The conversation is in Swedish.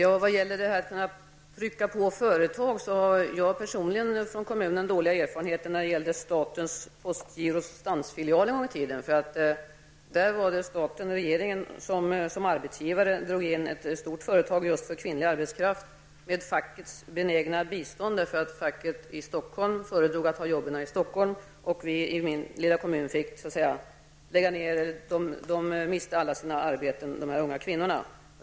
Herr talman! I fråga om att trycka på företag har jag personligen dåliga erfarenheter från min hemkommun, Kisa, när det gällde lokaliseringen av postgirots stansfilial en gång i tiden. Då var det staten som lade ned ett stort företag med kvinnlig arbetskraft. Det skedde med fackets benägna bistånd, eftersom facket i Stockholm föredrog att ha jobben där. Det fick till resultat att en mängd unga kvinnor i min lilla kommun förlorade sina arbeten.